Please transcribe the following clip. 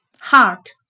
Heart